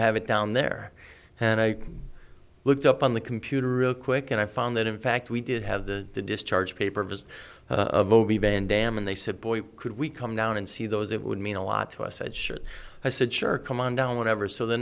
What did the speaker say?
have it down there and i looked up on the computer real quick and i found that in fact we did have the discharge papers van dam and they said boy could we come down and see those it would mean a lot to us i'd sure i said sure come on down whenever so the